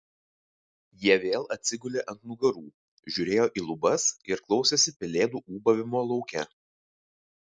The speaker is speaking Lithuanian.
jie vėl atsigulė ant nugarų žiūrėjo į lubas ir klausėsi pelėdų ūbavimo lauke